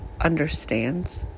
understands